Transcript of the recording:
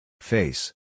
face